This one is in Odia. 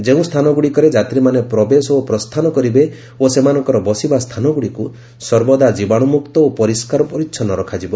ଯେଉଁ ସ୍ଥାନଗୁଡ଼ିକରେ ଯାତ୍ରୀମାନେ ପ୍ରବେଶ ଓ ପ୍ରସ୍ଥାନ କରିବେ ଓ ସେମାନଙ୍କର ବସିବା ସ୍ଥାନଗୁଡ଼ିକୁ ସର୍ବଦା ଜୀବାଣୁମୁକ୍ତ ଓ ପରିଷ୍କାର ପରିଚ୍ଛନ୍ନ ରଖାଯିବ